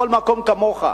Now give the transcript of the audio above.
בכל מקום, כמוך,